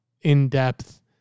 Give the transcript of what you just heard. in-depth